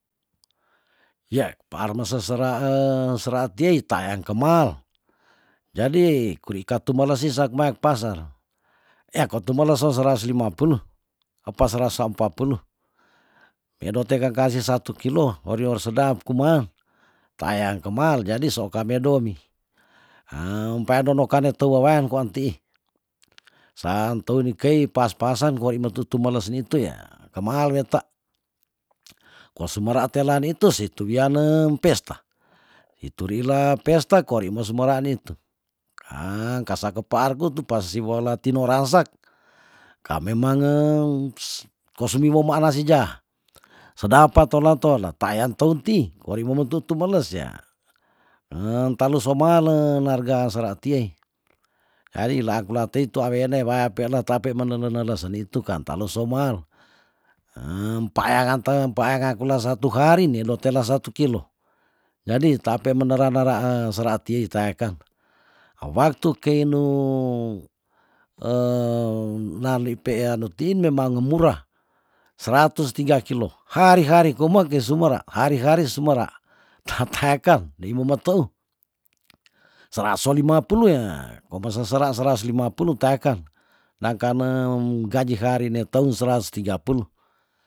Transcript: Ya paar mese sera e sera tie tayang kemal jadi kuri katu melesi sak maek paser ya kotumeles seras lima pulu epa seras ampa pulu wedo teng kakasi satu kilo orior sedap kuman tayang kemal jadi so kaa medomi ha umpaya dondo kane teu wewean kwa ntii sa nteu ni kei pas pasan kori metu tumeles nitu yah kemahal weta ko sumera tela nitu siitu wianeng pesta itu rila pesta kori musemera nitu ha kasa kepaarku tu pasiwo la tinoransak ka memangeng ko sumiwo ma nasi ja sedap patola tola payan teun ti kori memetu tumeles y talus so male narga sera tiei jadi laa kula tei tu awene waya peila tape menele nele seni tukan talo somal payangan te payangan kula satu hari ne do tela satu kilo jadi taape menera nera e sera tii taeken ewaktu kei nu lali pe anu tiin memange murah seratus tiga kilo hari hari kome kei sumera hari hari sumera ta taeken ndei memeteu sera so lima pulu ye kom pe se sera seras lima pulu taeken na kanem gaji hari ne teu seras tiga pulu